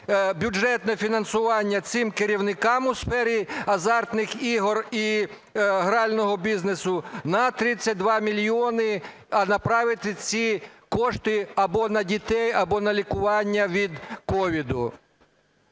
бюджетне фінансування цим керівникам у сфері азартних ігор і грального бізнесу на 32 мільйони, а направити ці кошти або на дітей, або на лікування від COVID.